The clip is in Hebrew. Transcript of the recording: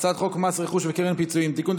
מס רכוש וקרן פיצויים (תיקון,